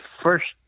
first